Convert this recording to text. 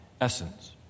essence